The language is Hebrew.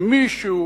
מישהו